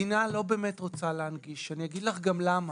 כי המדינה לא באמת רוצה להנגיש ואני אגיד לך גם למה.